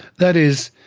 that is,